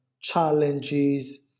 challenges